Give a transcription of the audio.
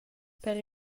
per